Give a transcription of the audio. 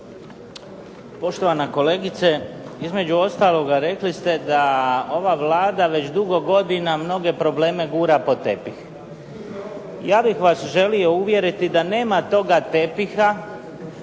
Poštovana kolegice između ostaloga rekli ste da ova Vlada već dugo godina mnoge probleme gura pod tepih. Ja bih vas želio uvjeriti da nema toga tepiha